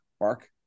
Mark